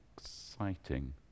exciting